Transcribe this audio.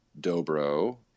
Dobro